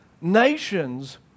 Nations